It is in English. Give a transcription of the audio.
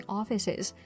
offices